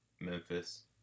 Memphis